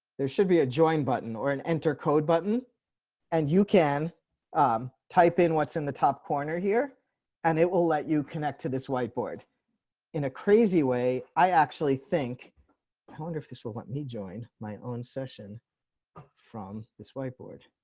there should be a join button or an enter code button and you can um type in what's in the top corner here and it will let you connect to this whiteboard in a crazy way. i actually think i wonder if this will let me join my own session from this whiteboard.